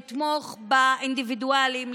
לתמוך באינדיבידואלים,